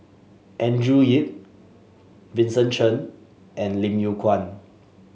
Andrew Yip Vincent Cheng and Lim Yew Kuan